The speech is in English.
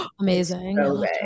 amazing